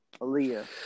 Aaliyah